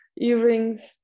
earrings